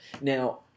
Now